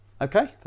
okay